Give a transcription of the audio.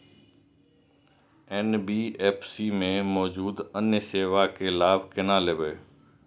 NBFC में मौजूद अन्य सेवा के लाभ केना लैब?